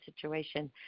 situation